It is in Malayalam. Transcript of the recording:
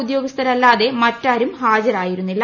ഉദ്യോഗസ്ഥരല്ലാതെ മറ്റാരും ഹാജരായിരുന്നില്ല